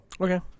Okay